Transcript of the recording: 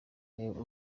reba